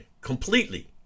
completely